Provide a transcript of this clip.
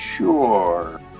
Sure